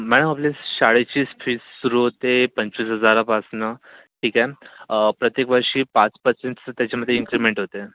madam आपली शाळेची fees सुरू होते पंचवीस हजारापासनं ठीक आहे प्रत्येक वर्षी पाच परसेंट्सचं त्याच्यामधे इन्क्रिमेंट होते